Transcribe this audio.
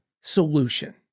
solution